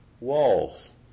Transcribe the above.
walls